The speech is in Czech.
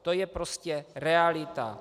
To je prostě realita.